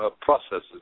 processes